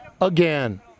again